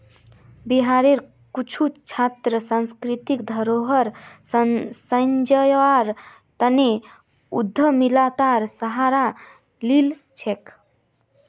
बिहारेर कुछु छात्र सांस्कृतिक धरोहर संजव्वार तने उद्यमितार सहारा लिल छेक